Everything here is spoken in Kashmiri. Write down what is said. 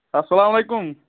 السلامُ علیکم